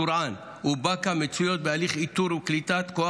טורעאן ובאקה מצויות בהליך איתור וקליטת כוח